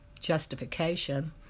justification